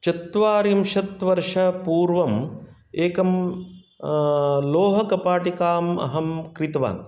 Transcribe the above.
चत्वारिंशत्वर्षपूर्वम् एकम् लोहकपाटिकाम् अहं क्रीतवान्